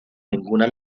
ninguna